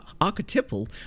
Archetypal